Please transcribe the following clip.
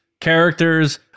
characters